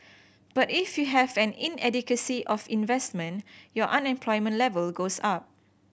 but if you have an inadequacy of investment your unemployment level goes up